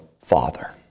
Father